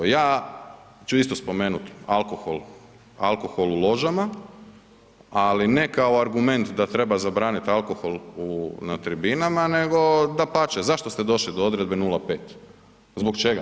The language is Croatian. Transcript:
Ja ću isto spomenut alkohol, alkohol u ložama, ali ne kao argument da treba zabranit alkohol na tribinama nego dapače, zašto ste došli do odredbe 0,5, zbog čega?